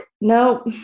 no